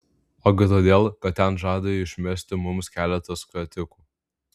ogi todėl kad ten žada išmesti mums keletą skatikų